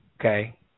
okay